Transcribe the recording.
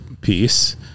piece